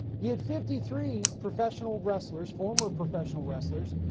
you had fifty three professional wrestlers, former professional wrestlers,